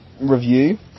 Review